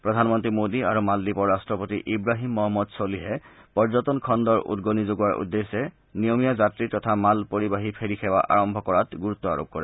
প্ৰধানমন্ত্ৰী মোদী আৰু মালদ্বীপৰ ৰাট্টপতি ইৱাহিম মহম্মদ ছলিহে পৰ্যটন খণ্ডৰ উদগনি যোগোৱাৰ উদ্দেশ্যে নিয়মীয়া যাত্ৰী তথা মাল পৰিবাহী ফেৰী সেৱা আৰম্ভ কৰাৰ গুৰুত্ব আৰোপ কৰে